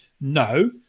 no